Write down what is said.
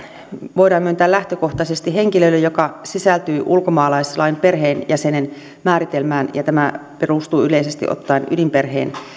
voidaan myöntää lähtökohtaisesti henkilölle joka sisältyy ulkomaalaislain perheenjäsenen määritelmään ja tämä perustuu yleisesti ottaen ydinperheen